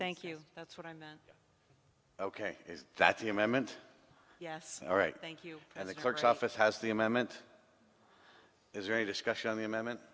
thank you that's what i meant ok that's the amendment yes all right thank you and the clerk's office has the amendment is there any discussion on the amendment